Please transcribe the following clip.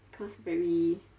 cause very